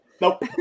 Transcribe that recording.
Nope